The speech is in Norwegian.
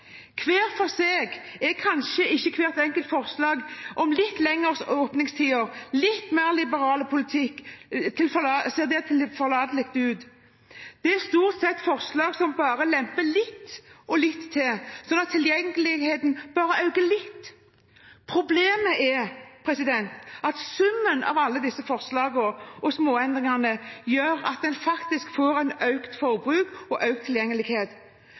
Hver for seg kan kanskje hvert enkelt forslag – om litt lengre åpningstider, litt mer liberal politikk – se tilforlatelig ut. Det er stort sett forslag som bare lemper litt, og litt til, slik at tilgjengeligheten bare øker «litt». Problemet er at summen av alle disse forslagene og småendringene gjør at en faktisk får et økt forbruk og økt tilgjengelighet.